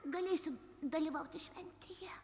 galėsiu dalyvauti šventėje